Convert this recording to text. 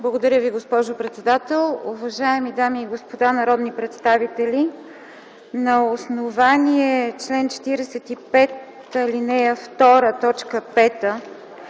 Благодаря Ви, госпожо председател. Уважаеми дами и господа народни представители! На основание чл. 45, ал. 2, т. 5